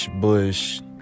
Bush